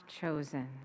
chosen